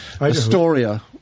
Astoria